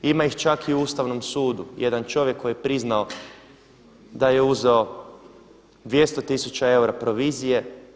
Ima ih čak i u Ustavnom sudu, jedan čovjek koji je priznao da je uzeo 200 tisuća eura provizije.